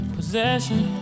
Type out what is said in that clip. Possession